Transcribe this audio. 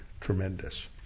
tremendous